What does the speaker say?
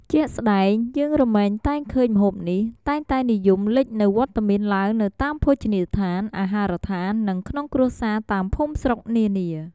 ជាក់ស្តែងយើងរមែងតែងឃើញម្ហូបនេះ តែងតែនិយមលេចនូវវត្តមានឡើងនៅតាមភោជនីយដ្ឋាន អាហារដ្ឋាន និងក្នុងគ្រួសារតាមភូមិស្រុកនានា។